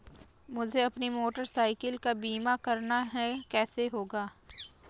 मुझे अपनी motorcycle का बीमा करना है कैसे होगा?